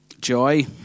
Joy